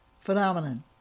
phenomenon